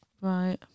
Right